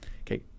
Okay